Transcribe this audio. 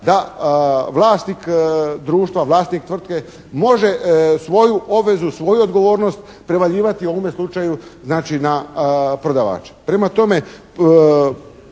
da vlasnik društva, vlasnik tvrtke može svoju obvezu, svoju odgovornost prevaljivati u ovome slučaju znači na prodavača.